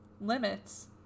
Limits